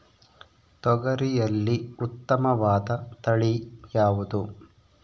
ತೊಗರಿಯಲ್ಲಿ ಉತ್ತಮವಾದ ತಳಿ ಯಾವುದು?